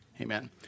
Amen